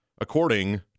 according